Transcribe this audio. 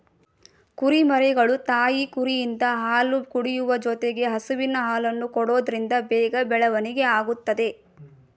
ಕುರಿಮರಿಗಳು ತಾಯಿ ಕುರಿಯಿಂದ ಹಾಲು ಕುಡಿಯುವ ಜೊತೆಗೆ ಹಸುವಿನ ಹಾಲನ್ನು ಕೊಡೋದ್ರಿಂದ ಬೇಗ ಬೆಳವಣಿಗೆ ಆಗುತ್ತದೆ